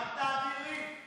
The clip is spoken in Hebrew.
גם תעבירי?